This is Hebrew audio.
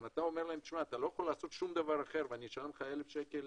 אם אתה אומר להם אתה לא יכול לעשות שום דבר אחר ואני אשלם לך 1,000 שקל